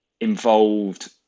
Involved